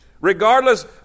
Regardless